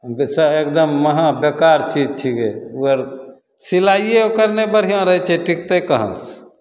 जाहिसे एकदम महा बेकार चीज छिकै ओ आर सिलाइए ओकर नहि बढ़िआँ रहै छै टिकतै कहाँसे